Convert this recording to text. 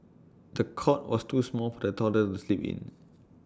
the cot was too small for the toddler to sleep in